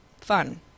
fun